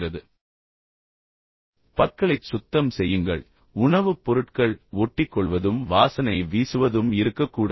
பற்களைச் சுத்தம் செய்யுங்கள் எனவே நீங்கள் உங்கள் பற்களைச் சரியாகத் துலக்கியிருக்க வேண்டும் உணவுப் பொருட்கள் ஒட்டிக்கொள்வதும் வாசனை வீசுவதும் இருக்கக்கூடாது